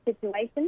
situation